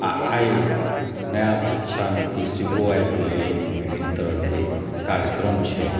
आ आइ नया शिक्षा नीति सेहो आबि गेलै एहिमे विभिन्न तरहके कर्यक्रम छै